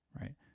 right